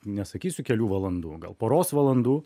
nesakysiu kelių valandų gal poros valandų